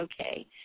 okay